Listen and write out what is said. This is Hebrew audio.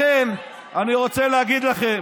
מספיק כבר, לכן, אני רוצה להגיד לכם,